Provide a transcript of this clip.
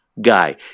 Guy